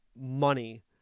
money